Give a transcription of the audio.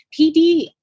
PD